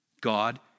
God